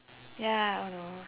ya oh no